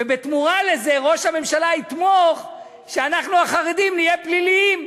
ובתמורה לזה ראש הממשלה יתמוך שאנחנו החרדים נהיה פליליים.